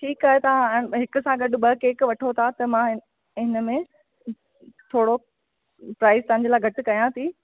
ठीकु आहे तव्हां हिकु सां गॾु ॿ केक वठो था त मां इन में थोरो प्राइज तव्हांजे लाइ घटि कयां थी